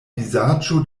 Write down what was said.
vizaĝo